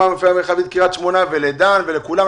מהמאפייה המרחבית קריית שמונה ולדן ולכולם.